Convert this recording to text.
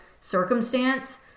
circumstance